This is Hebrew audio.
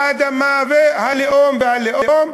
האדמה והלאום והלאום,